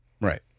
Right